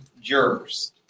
jurors